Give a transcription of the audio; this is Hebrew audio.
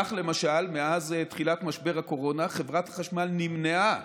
למשל, מאז תחילת משבר הקורונה חברת החשמל נמנעה